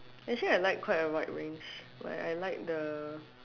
actually I like quite a wide range like I like the